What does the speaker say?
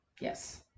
Yes